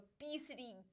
obesity